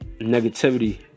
Negativity